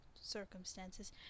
circumstances